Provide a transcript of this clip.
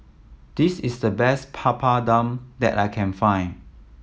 this is the best Papadum that I can find